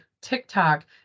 TikTok